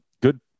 good